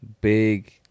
big